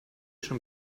schon